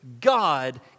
God